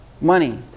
Money